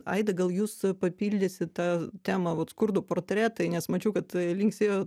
aida gal jus papildysit tą temą vat skurdo portretai nes mačiau kad linksėjo